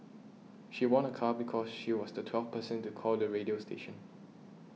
she won a car because she was the twelfth person to call the radio station